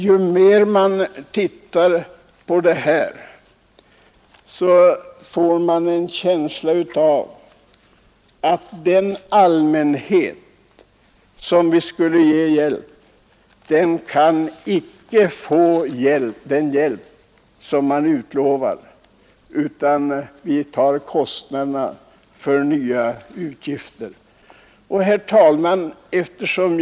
Ju mer man ser på denna fråga, desto mer ökar känslan av att den allmänhet som vi skall ge hjälp inte kan få den utlovade hjälpen. Pengarna går i stället till nya utgifter för byråkratin. Herr talman!